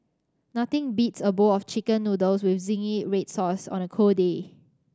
nothing beats a bowl of Chicken Noodles with zingy red sauce on a cold day